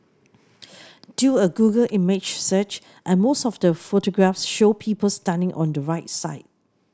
do a Google image search and most of the photographs show people standing on the right side